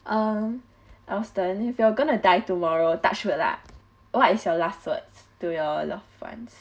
um aston if you're going to die tomorrow touch wood lah what is your last words to your loved ones